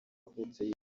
wavutse